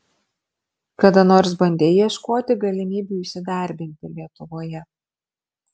kada nors bandei ieškoti galimybių įsidarbinti lietuvoje